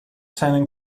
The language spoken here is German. seinen